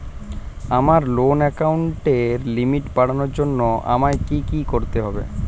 আমার লোন অ্যাকাউন্টের লিমিট বাড়ানোর জন্য আমায় কী কী করতে হবে?